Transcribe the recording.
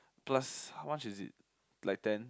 plus how much is it like ten